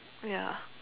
ya